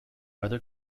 other